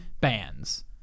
bands